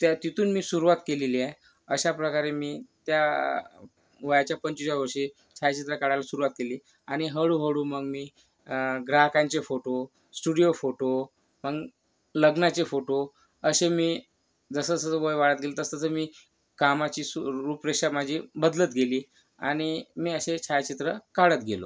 त्या तिथून मी सुरुवात केलेली आहे अशा प्रकारे मी त्या वयाच्या पंचविसाव्या वर्षी छायाचित्र काढायला सुरुवात केली आणि हळूहळू मग मी ग्राहकांचे फोटो स्टुडियो फोटो आणि लग्नाचे फोटो असे मी जसंजसं वय वाढत गेलं तसतसं मी कामाची सु रूपरेषा माझी बदलत गेली आणि मी असे छायाचित्र काढत गेलो